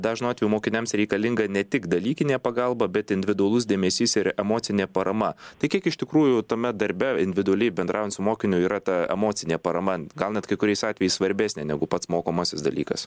dažnu atveju mokiniams reikalinga ne tik dalykinė pagalba bet individualus dėmesys ir emocinė parama tai kiek iš tikrųjų tame darbe individualiai bendraujant su mokiniu yra ta emocinė parama gal net kai kuriais atvejais svarbesnė negu pats mokomasis dalykas